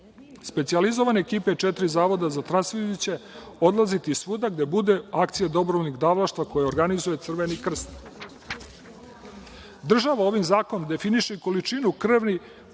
Specijalizovane ekipe četiri zavoda za tranfuziju će odlaziti svuda gde bude akcija dobrovoljnih davalaštava koje organizuje „Crveni krst“.Država ovim zakonom definiše količinu krvnih